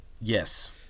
Yes